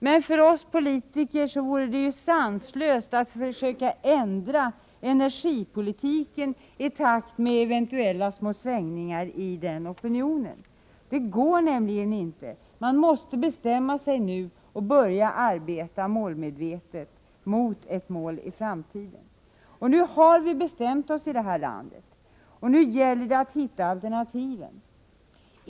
Men för oss politiker vore det sanslöst att försöka ändra energipolitiken i takt med eventuella små svängningar i opinionen. Det går nämligen inte. Man måste bestämma sig nu och börja arbeta bestämt mot ett mål i framtiden. Nu har vi i det här landet bestämt oss, och nu gäller det att hitta alternativen.